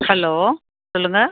hello சொல்லுங்கள்